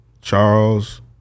Charles